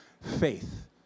Faith